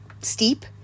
steep